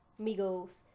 Migos